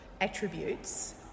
attributes